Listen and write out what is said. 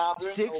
six